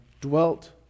dwelt